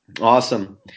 Awesome